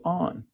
on